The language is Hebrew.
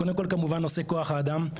קודם כל, כמובן, נושא כוח האדם.